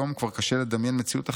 היום כבר קשה לדמיין מציאות אחרת,